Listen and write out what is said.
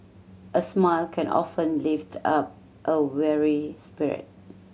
a smile can often lift up a weary spirit